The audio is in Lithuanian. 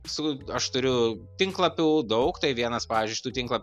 su aš turiu tinklapių daug tai vienas pavyžiui iš tų tinklap